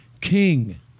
King